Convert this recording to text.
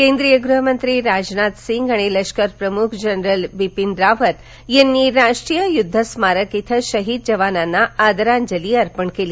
केंद्रीय गृहमंत्री राजनाथ सिंग आणि लष्कर प्रमुख जनरल बिपीन रावत यांनी राष्ट्रीय युद्ध स्मारक इथं शहीद जवानांना आदरांजली अर्पण केली